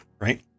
Right